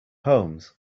homes